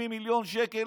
70 מיליון שקל,